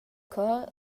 chor